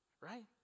right